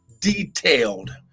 detailed